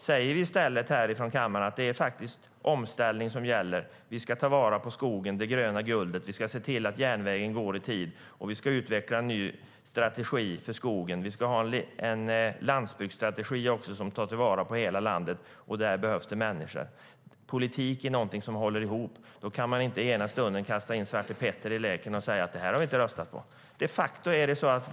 Men låt oss i stället säga att det är omställning som gäller och att vi ska ta vara på skogen, det gröna guldet, se till att järnvägen går i tid, utveckla en ny strategi för skogen och också ha en landsbygdsstrategi som tar vara på hela landet, och där behövs det människor. Politik är något som håller ihop. Då kan man inte ena stunden kasta in Svarte Petter i leken och säga: Det här har vi inte röstat på!